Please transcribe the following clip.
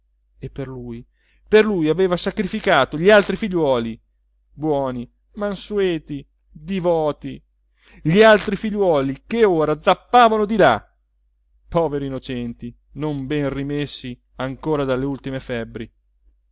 e per lui per lui aveva sacrificato gli altri figliuoli buoni mansueti divoti gli altri figliuoli che ora zappavano di là poveri innocenti non ben rimessi ancora dalle ultime febbri